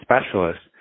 specialists